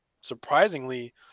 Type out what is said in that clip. surprisingly